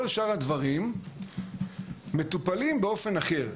כל שאר הדברים מטופלים באופן אחר,